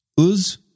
Uz